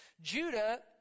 Judah